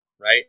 right